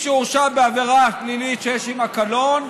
שהורשע בעבירה פלילית שיש עימה קלון,